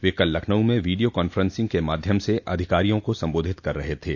वे कल लखनऊ में video conferencing के माध्यम से अधिकारियों को सम्बोधित कर रहे थे